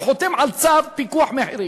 הוא חותם על צו פיקוח על מחירים.